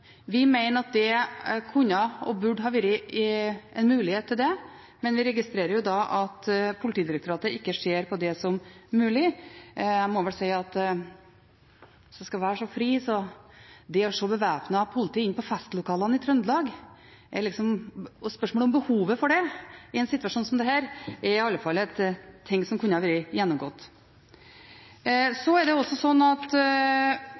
Vi mener at det kunne – og burde – vært mulighet til det, men vi registrerer at Politidirektoratet ikke ser på det som mulig. Jeg må vel si – hvis jeg kan være så fri – at det å se bevæpnet politi inne på festlokalene i Trøndelag, og spørsmålet om behovet for det i en situasjon som denne, iallfall er ting som kunne vært gjennomgått. Så synes jeg justisministeren i litt for liten grad går inn på hvilke tiltak som er